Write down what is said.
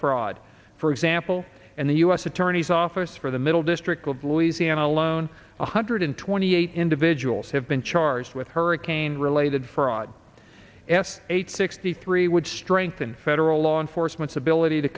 fraud for example and the u s attorney's office for the middle district globe louisiana alone one hundred twenty eight individuals have been charged with hurricane related fraud s eight sixty three would strengthen federal law enforcement's ability to